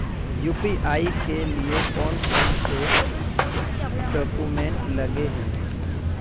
UPI के लिए कौन कौन से डॉक्यूमेंट लगे है?